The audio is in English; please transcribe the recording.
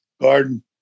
Garden